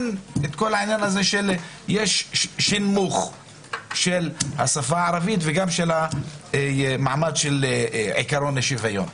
יש שנמוך של השפה הערבית וגם של עקרון השוויון.